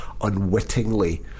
unwittingly